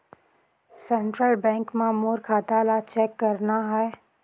Central bank मां मोर खाता ला चेक करना हे?